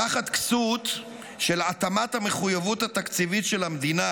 תחת הכסות של התאמת המחויבות התקציבית של המדינה